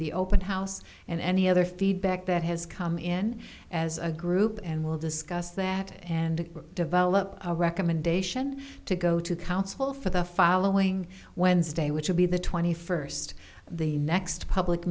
the open house and any other feedback that has come in as a group and we'll discuss that and develop a recommendation to go to council for the following wednesday which will be the twenty first the next public